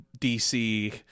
DC